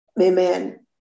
Amen